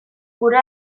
gure